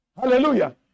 Hallelujah